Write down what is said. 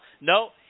No